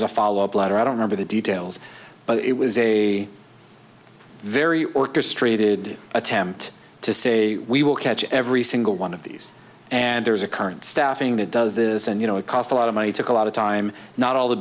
was a follow up letter i don't remember the details but it was a very orchestrated attempt to say we will catch every single one of these and there is a current staffing that does this and you know it cost a lot of money took a lot of time not all the